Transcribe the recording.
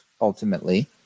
ultimately